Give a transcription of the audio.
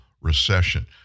recession